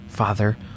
Father